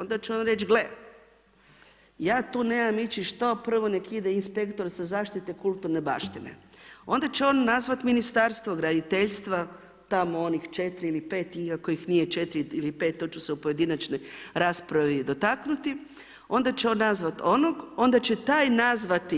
Onda će on reći, gle ja tu nemam ići što, prvo neka ide inspektor za zaštite kulturne baštine, onda će on nazvati Ministarstvo graditeljstva tamo onih 4 ili 5 iako ih nije 4 ili 5, to ću se u pojedinačnoj raspravi dotaknuti, onda će on nazvat onog onda će taj nazvat